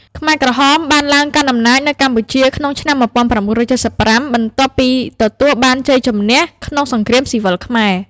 ខ្មែរក្រហមបានឡើងកាន់អំណាចនៅកម្ពុជាក្នុងឆ្នាំ ១៩៧៥ បន្ទាប់ពីទទួលបានជ័យជម្នះក្នុងសង្គ្រាមស៊ីវិលខ្មែរ។